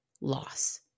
loss